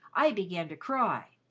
i began to cry,